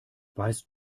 weißt